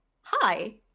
hi